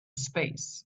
space